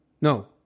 no